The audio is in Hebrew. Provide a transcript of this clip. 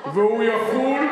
והוא יחול,